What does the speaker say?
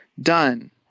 done